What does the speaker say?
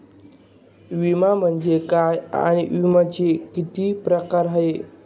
विमा म्हणजे काय आणि विम्याचे किती प्रकार आहेत?